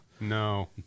No